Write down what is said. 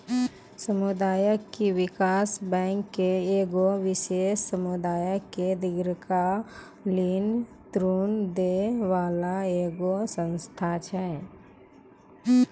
समुदायिक विकास बैंक एगो विशेष समुदाय के दीर्घकालिन ऋण दै बाला एगो संस्था छै